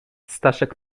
staszek